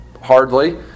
hardly